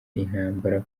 intambara